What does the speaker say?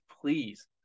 please